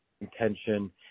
intention